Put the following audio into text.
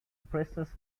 princess